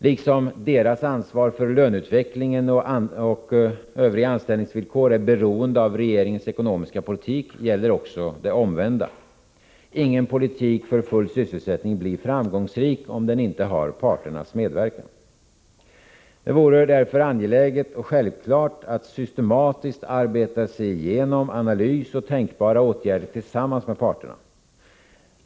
Liksom deras ansvar för löneutveckling och övriga anställningsvillkor är beroende av regeringens ekonomiska politik, gäller också det omvända: ingen politik för full sysselsättning blir framgångsrik om den inte har parternas medverkan. Det vore därför angeläget och självklart att systematiskt arbeta sig igenom analys och tänkbara åtgärder tillsammans med parterna.